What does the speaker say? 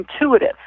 intuitive